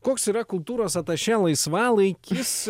koks yra kultūros atašė laisvalaikis